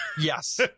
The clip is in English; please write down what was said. Yes